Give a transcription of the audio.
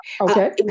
Okay